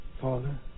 Father